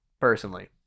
Personally